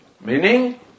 meaning